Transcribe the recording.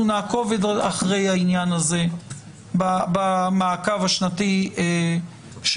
אנחנו נעקוב אחרי העניין הזה במעקב השנתי שלנו.